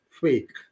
fake